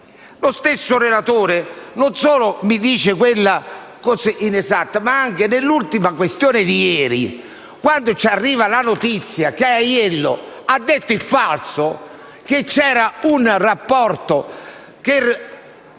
lo stesso relatore non solo mi dice cose inesatte ma anche, nell'ultima questione di ieri, quando ci arriva la notizia che Aiello ha detto il falso e che c'era un rapporto per